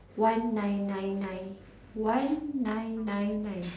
one nine nine nine one nine nine nine